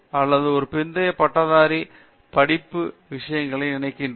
நான் ஒரு பிந்தைய பட்டதாரி படிப்பு விஷயங்களை நினைக்கிறேன்